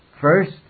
First